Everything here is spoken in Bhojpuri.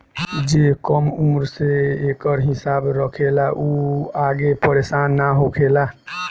जे कम उम्र से एकर हिसाब रखेला उ आगे परेसान ना होखेला